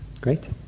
Great